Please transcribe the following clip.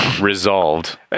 resolved